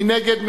מי נגד?